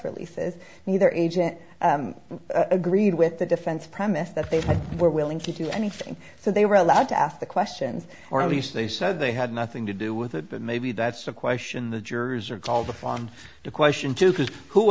releases neither agent agreed with the defense premise that they were willing to do anything so they were allowed to ask the questions or at least they said they had nothing to do with it but maybe that's a question the jurors are called upon to question too because who